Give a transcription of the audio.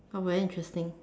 oh very interesting